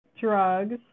drugs